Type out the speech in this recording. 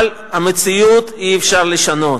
אבל את המציאות אי-אפשר לשנות.